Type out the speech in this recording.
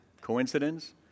Coincidence